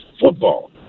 football